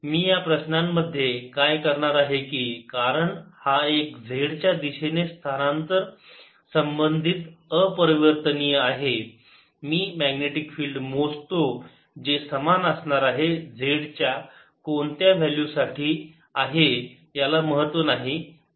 मी या प्रश्नांमध्ये काय करणार आहे की कारण हा एक z च्या दिशेने स्थानांतर संबंधित अपरिवर्तनीय आहे मी मॅग्नेटिक फिल्ड मोजतो जे समान असणार आहे झेड च्या कोणत्या व्हॅल्यू साठी आहे याला काही महत्त्व नाही